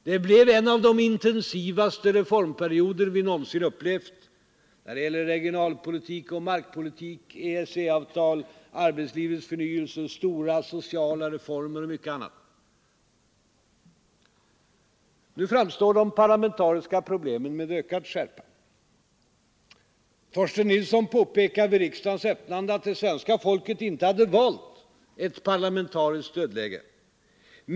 Det blev en av de intensivaste reformperioder vi någonsin upplevt — när det gäller regionalpolitik och markpolitik, EEC-avtal, arbetslivets förnyelse, stora sociala reformer och mycket annat. Nu framstår de parlamentariska problemen med ökad skärpa. Torsten Nilsson påpekade vid riksdagens öppnande att det svenska folket inte hade valt ett parlamentariskt dödläge.